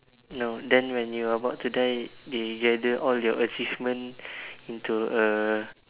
no then when you about to die they gather all your achievement into a